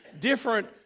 different